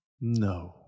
no